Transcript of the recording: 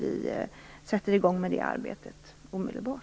Vi sätter igång med det arbetet omedelbart.